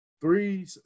three